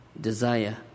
desire